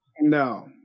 No